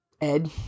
Ed